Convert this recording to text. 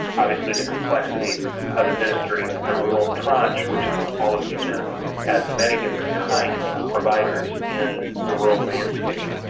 obviously the complexity of administering a rural tranche, which as all of you know has many different kinds of providers in the rural landscape.